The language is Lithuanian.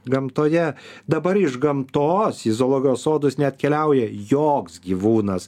gamtoje dabar iš gamtos į zoologijos sodus neatkeliauja joks gyvūnas